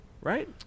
right